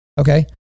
okay